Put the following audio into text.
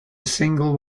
single